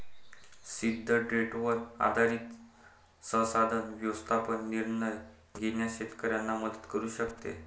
सिद्ध ट्रेंडवर आधारित संसाधन व्यवस्थापन निर्णय घेण्यास शेतकऱ्यांना मदत करू शकते